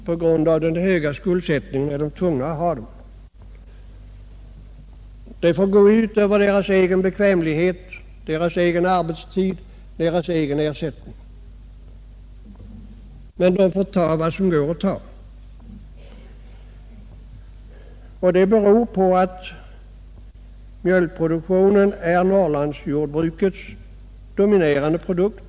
På grund av den höga skuldsättningen är de tvungna att ha dem. Det fär gå ut över deras egen bekvämlighet, deras egen arbetstid, deras egen ersättning. De får ta vad som går att ta. Detta beror på att mjölken är Norrlandsjordbrukets dominerande produkt.